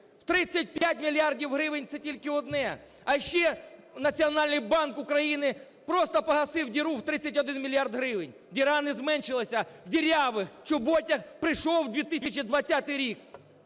35 мільярдів гривень – це тільки одне, а ще Національний банк України просто погасив діру в 31 мільярд гривень. Діра не зменшилася, в дірявих чоботях прийшов 2020 рік.